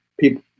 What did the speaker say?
people